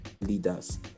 leaders